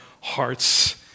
hearts